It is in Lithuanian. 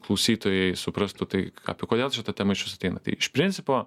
klausytojai suprastų tai apie kodėl čia ta tema išvis ateina tai iš principo